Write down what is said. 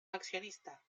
accionista